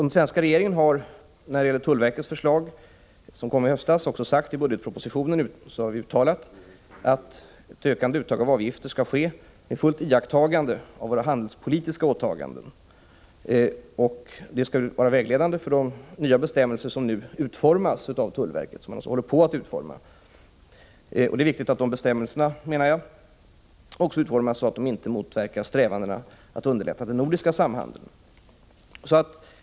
Den svenska regeringen har när det gäller tullverkets förslag, som kom i höstas, också i budgetpropositionen uttalat att ett ökande uttag av avgifter skall ske med fullt iakttagande av våra handelspolitiska åtaganden. Detta skall vara vägledande för de nya bestämmelser som tullverket nu håller på att utforma. Det är viktigt, menar jag, att de bestämmelserna också utformas så att de inte motverkar strävandena att underlätta den nordiska samhandeln.